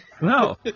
no